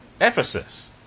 Ephesus